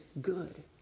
good